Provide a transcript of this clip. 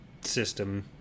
system